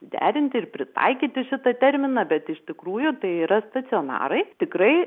derinti ir pritaikyti šitą terminą bet iš tikrųjų tai yra stacionarai tikrai